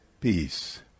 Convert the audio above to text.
peace